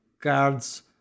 cards